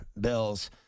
Bills